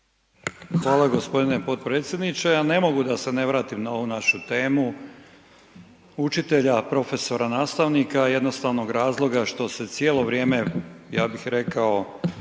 Hvala g. potpredsjedniče. Ja ne mogu da se ne vratim na ovu našu temu učitelja, profesora, nastavnika iz jednostavnog razloga što se cijelo vrijeme ja bih rekao